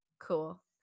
cool